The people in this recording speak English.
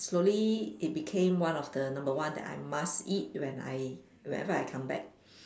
slowly it became one of the number one that I must eat when I whenever I come back